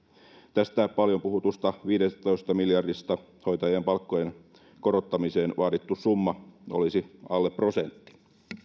tästä paljon puhutusta viidestätoista miljardista hoitajien palkkojen korottamiseen vaadittu summa olisi alle prosentti